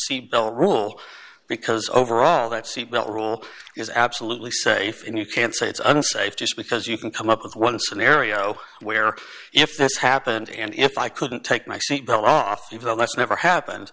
c bell rule because overall that seatbelt rule is absolutely safe and you can't say it's unsafe just because you can come up with one scenario where if this happened and if i couldn't take my seat belt off even though that's never happened